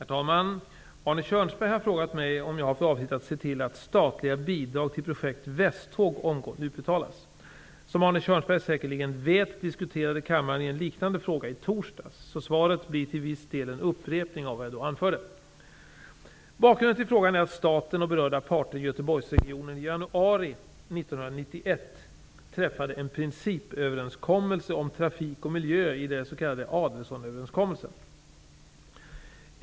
Herr talman! Arne Kjörnsberg har frågat mig om jag har för avsikt att se till att statliga bidrag till projekt Västtåg omgående utbetalas. Som Arne Kjörnsberg säkerligen vet diskuterade kammaren en liknande fråga i torsdags, så svaret blir till en viss del en upprepning av vad jag anförde då. Bakgrunden till frågan är att staten och berörda parter i Göteborgsregionen i januari 1991 träffade en principöverenskommelse om trafik och miljö i den s.k. Adelsohnöverenskommelsen.